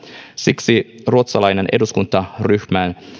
siksi ruotsalaisen eduskuntaryhmän